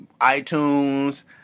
iTunes